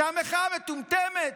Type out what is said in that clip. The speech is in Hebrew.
שהמחאה מטומטמת?